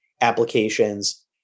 applications